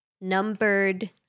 numbered